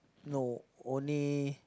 no only